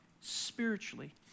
spiritually